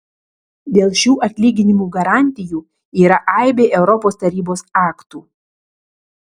dėl šių atlyginimų garantijų yra aibė europos tarybos aktų